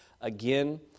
again